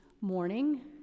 morning